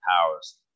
powers